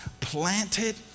planted